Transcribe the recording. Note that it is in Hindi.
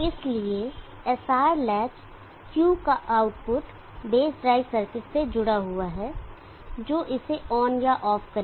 इसलिए SR लैच का output Q base drive circuit से जुड़ा हुआ है जो इसे ऑन या ऑफ करेगा